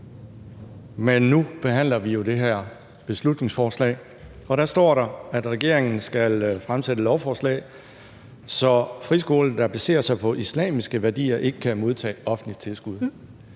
men nu behandler vi jo det her beslutningsforslag, og deri står der, at regeringen skal fremsætte lovforslag, så friskoler, der baserer sig på islamiske værdier, ikke kan modtage offentligt tilskud.